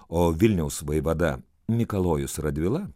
o vilniaus vaivada mikalojus radvila